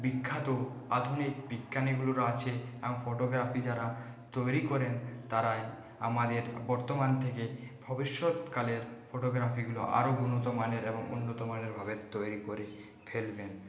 বিখ্যাত আধুনিক বিজ্ঞানীগুলোর আছে ফটোগ্রাফি যারা তৈরি করেন তারাই আমাদের বর্তমান থেকে ভবিষ্যৎকালের ফটোগ্রাফিগুলো আরো উন্নত মানের এবং উন্নত মানের হবে তৈরি করে ফেলবেন